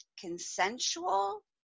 consensual